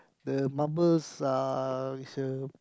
the marbles uh is a